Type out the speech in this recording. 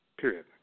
period